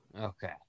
Okay